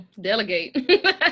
delegate